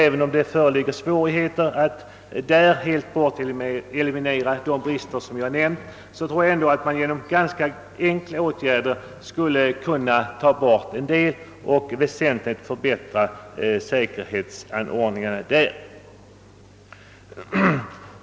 Även om det är svårt att helt eliminera de nämnda riskerna tror jag, att man genom ganska enkla åtgärder skulle kunna få bort riskerna i viss utsträckning och förbättra säkerhetsanordningarna.